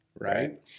right